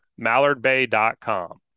mallardbay.com